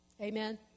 Amen